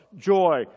joy